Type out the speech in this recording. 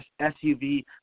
SUV